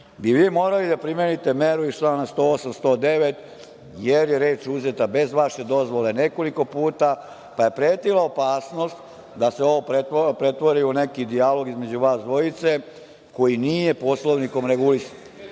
vi bi morali da primenite meru iz člana 108. i člana 109, jer je reč uzeta bez vaše dozvole nekoliko puta, pa je pretila opasnost da se ovo pretvori u neki dijalog između vas dvojice koji nije Poslovnikom regulisan.S